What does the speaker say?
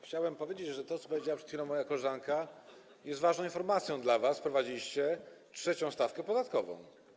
Chciałem powiedzieć, że to, co powiedziała przed chwilą moja koleżanka, jest dla was ważną informacją: wprowadziliście trzecią stawkę podatkową.